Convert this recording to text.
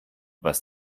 was